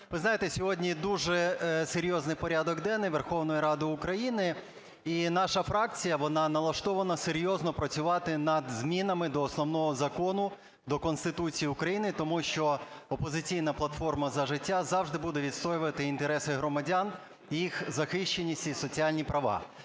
Ви знаєте, сьогодні дуже серйозний порядок денний Верховної Ради України. І наша фракція вона налаштована серйозно працювати над змінами до Основного Закону – до Конституції України, тому що "Опозиційна платформа – За життя" завжди буде відстоювати інтереси громадян, їх захищеність і соціальні права.